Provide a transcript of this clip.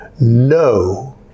No